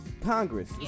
Congress